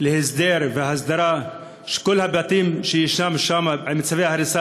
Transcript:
להסדר והסדרה של כל הבתים שישנם שם עם צווי הריסה,